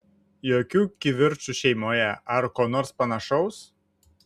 jokių kivirčų šeimoje ar ko nors panašaus